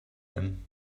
him